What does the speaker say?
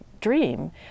dream